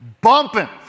bumping